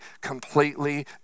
completely